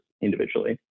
individually